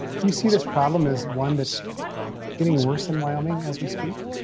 do you see this problem is one that's getting worse in wyoming as we speak.